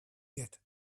yet